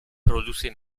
produce